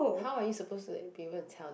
how are you supposed to be able to tell that